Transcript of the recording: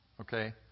okay